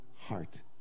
heart